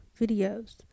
videos